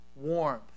warmth